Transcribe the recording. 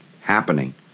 happening